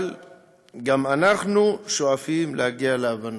אבל גם אנחנו שואפים להגיע להבנות.